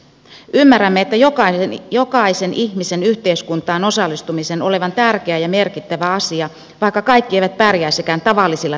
ymmärrämme että jokaisen ihmisen yhteiskuntaan osallistuminen on tärkeä ja merkittävä asia vaikka kaikki eivät pärjäisikään tavallisilla työmarkkinoilla